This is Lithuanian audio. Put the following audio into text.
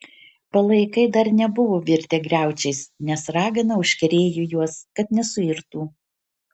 palaikai dar nebuvo virtę griaučiais nes ragana užkerėjo juos kad nesuirtų